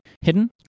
hidden